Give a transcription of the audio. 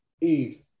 Eve